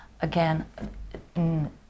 again